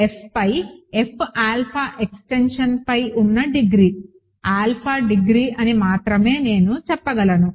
F పై F alpha ఎక్స్టెన్షన్పై ఉన్న డిగ్రీ ఆల్ఫా డిగ్రీ అని మాత్రమే నేను చెప్పగలను